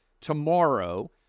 tomorrow